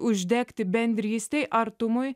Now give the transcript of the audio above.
uždegti bendrystei artumui